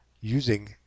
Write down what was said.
using